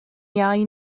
iau